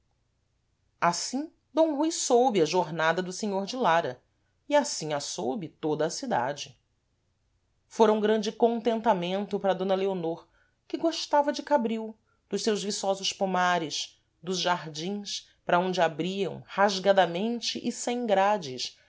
assim d rui soube a jornada do senhor de lara e assim a soube toda a cidade fôra um grande contentamento para d leonor que gostava de cabril dos seus viçosos pomares dos jardins para onde abriam rasgadamente e sem grades